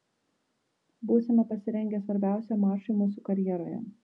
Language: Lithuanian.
būsime pasirengę svarbiausiam mačui mūsų karjeroje